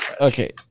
Okay